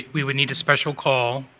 we would need a special call.